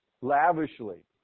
Lavishly